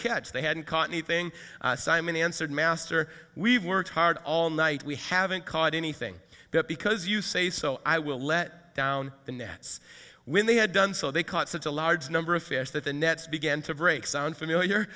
catch they hadn't caught anything simon answered master we've worked hard all night we haven't caught anything that because you say so i will let down the nets when they had done so they caught such a large number of fish that the nets began to break sound familiar